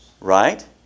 Right